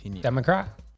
Democrat